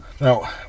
Now